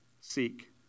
seek